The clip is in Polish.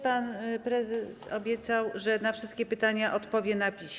Pan prezes obiecał, że na wszystkie pytania odpowie na piśmie.